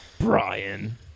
Brian